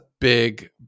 big